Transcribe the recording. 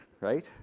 right